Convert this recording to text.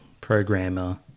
programmer